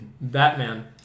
Batman